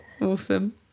Awesome